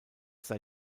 sei